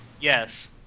Yes